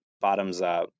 bottoms-up